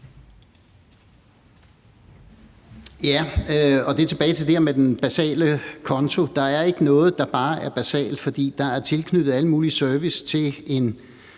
Ja, og det er tilbage til det her med den basale konto. Der er ikke noget, der bare er basalt, for der er tilknyttet alle mulige servicer til en,